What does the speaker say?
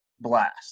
blast